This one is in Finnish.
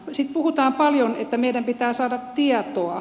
sitten puhutaan paljon että meidän pitää saada tietoa